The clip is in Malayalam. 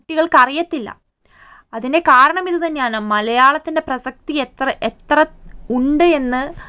കുട്ടികൾക്കറിയത്തില്ല അതിൻ്റെ കാരണമിതുതന്നെയാണ് മലയാളത്തിൻ്റെ പ്രസക്തി എത്ര എത്ര ഉണ്ട് എന്ന്